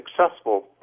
successful